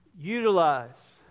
utilize